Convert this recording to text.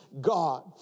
God